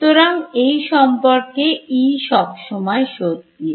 সুতরাং এই সম্পর্কে E সবসময় সত্যি